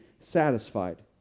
satisfied